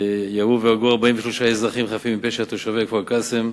ירו והרגו 43 אזרחים חפים מפשע, תושבי כפר-קאסם.